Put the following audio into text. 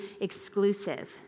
exclusive